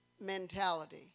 mentality